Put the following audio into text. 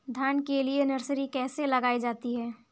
धान के लिए नर्सरी कैसे लगाई जाती है?